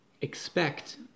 expect